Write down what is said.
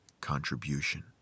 contribution